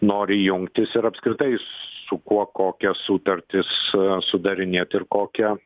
nori jungtis ir apskritai su kuo kokias sutartis sudarinėt ir kokią